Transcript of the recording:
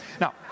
now